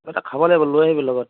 কিবা এটা খাব লাগিব লৈ আহিবি লগত